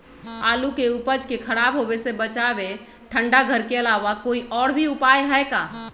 आलू के उपज के खराब होवे से बचाबे ठंडा घर के अलावा कोई और भी उपाय है का?